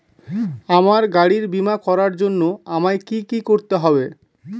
আমার গাড়ির বীমা করার জন্য আমায় কি কী করতে হবে?